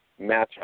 matchup